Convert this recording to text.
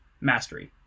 mastery